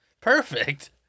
Perfect